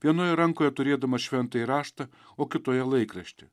vienoje rankoje turėdamas šventąjį raštą o kitoje laikraštį